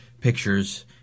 pictures